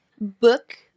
Book